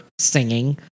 singing